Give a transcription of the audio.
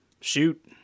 Shoot